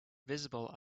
visible